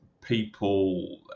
people